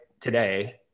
today